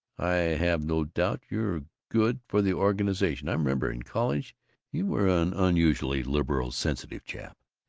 i have no doubt you're good for the organization. i remember in college you were an unusually liberal, sensitive chap.